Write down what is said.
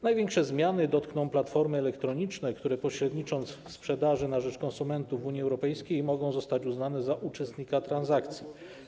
Największe zmiany dotkną platformy elektroniczne, które pośrednicząc w sprzedaży na rzecz konsumentów Unii Europejskiej, mogą zostać uznane za uczestnika transakcji.